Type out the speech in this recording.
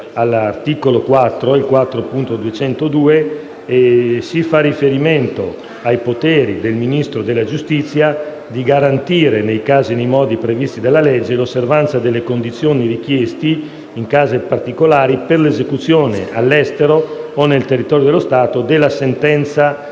l'emendamento 4.202, esso fa riferimento ai poteri del Ministro della giustizia di garantire, nei casi e nei modi previsti dalla legge, l'osservanza delle condizioni richieste in casi particolari per l'esecuzione all'estero o nel territorio dello Stato della sentenza della